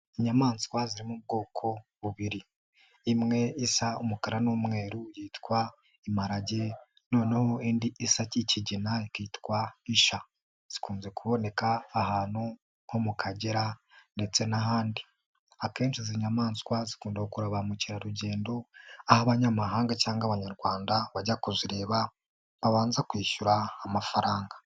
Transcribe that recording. Inyamaswa ziri mu bwoko bubiri, imwe isa umukara n'umweru yitwa imparage noneho indi isa nk'ikigina ikitwa isha. Zikunze kuboneka ahantu nko mu kagera ndetse n'ahandi. Akenshi izi nyamaswa zikunda gukurura ba mukerarugendo. Aho abanyamahanga cyangwa abanyarwanda bajya kuzireba, babanza kwishyura amafaranga.